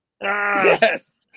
Yes